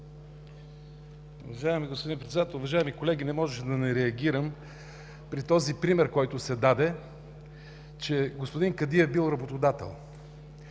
уважаеми колеги, не можеше да не реагирам при този пример, който се даде, че господин Кадиев бил работодател.